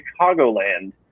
Chicagoland